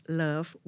love